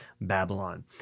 Babylon